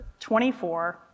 24